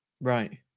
Right